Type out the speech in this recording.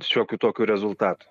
šiokių tokių rezultatų